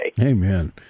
Amen